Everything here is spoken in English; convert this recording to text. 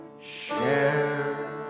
share